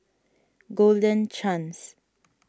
Golden Chance